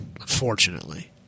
Unfortunately